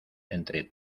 entre